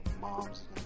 moms